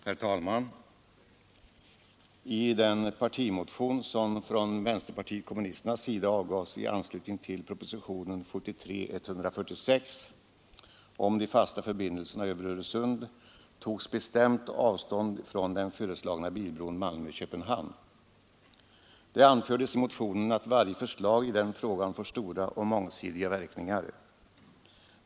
Herr talman! I den partimotion som från vänsterpartiet kommunisternas sida avgavs i anslutning till propositionen 1973:146 om de fasta förbindelserna över Öresund togs bestämt avstånd från den föreslagna bilbron Malmö—Köpenhamn. Det anfördes i motionen att varje förslag i den frågan får stora och mångsidiga verkningar.